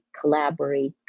collaborate